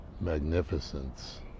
magnificence